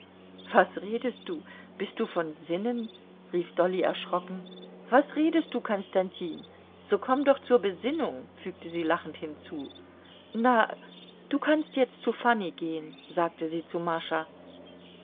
was redest du bist du von sinnen rief dolly erschrocken was redest du konstantin so komm doch zur besinnung fügte sie lachend hinzu na du kannst jetzt zu fanny gehen sagte sie zu mascha